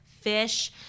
fish